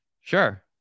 Sure